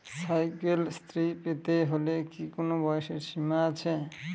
Cycle Shri পেতে হলে কি কোনো বয়সের সীমা আছে?